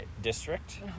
District